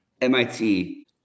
MIT